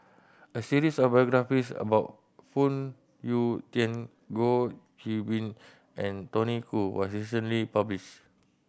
a series of biographies about Phoon Yew Tien Goh Qiu Bin and Tony Khoo was recently published